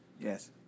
Yes